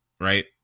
Right